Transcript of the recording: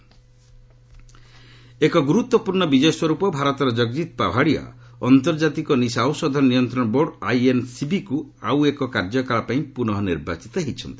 revise Jagjit Pavadia ଏକ ଗୁରୁତ୍ୱପୂର୍ଣ୍ଣ ବିଜୟ ସ୍ୱରୂପ ଭାରତର ଜଗଜିତ୍ ପାଭାଡିଆ ଅନ୍ତର୍କାତିକ ନିଶା ଔଷଧ ନିୟନ୍ତ୍ରଣ ବୋର୍ଡ ଆଇଏନ୍ସିବିକୁ ଆଉ ଏକ କାର୍ଯ୍ୟକାଳ ପାଇଁ ପୁନଃ ନିର୍ବାଚିତ ହୋଇଛନ୍ତି